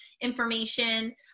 information